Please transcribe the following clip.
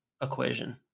Equation